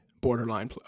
borderline